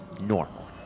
normal